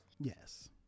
Yes